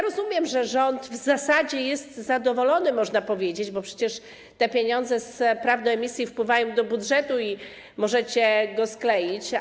Rozumiem, że rząd w zasadzie jest zadowolony, bo przecież te pieniądze z praw do emisji wpływają do budżetu i możecie go skleić.